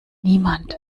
niemand